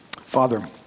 Father